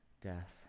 death